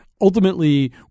ultimately